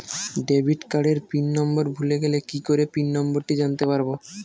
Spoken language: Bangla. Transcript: ডেবিট কার্ডের পিন নম্বর ভুলে গেলে কি করে পিন নম্বরটি জানতে পারবো?